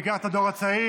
בעיקר את הדור הצעיר,